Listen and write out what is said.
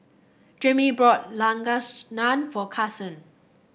Jamey brought Lasagna for Carsen